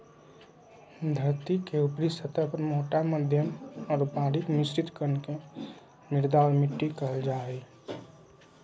धरतीके ऊपरी सतह पर मोटा मध्यम और बारीक मिश्रित कण के मृदा और मिट्टी कहल जा हइ